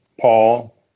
Paul